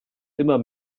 immer